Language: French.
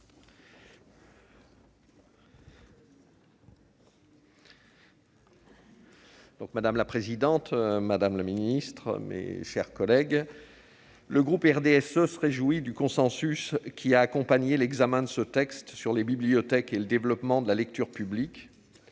Madame la présidente, madame la ministre, mes chers collègues, le groupe du RDSE se réjouit du consensus qui a accompagné l'examen de ce texte sur les bibliothèques et le développement de la lecture publique.